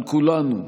על כולנו,